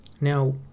now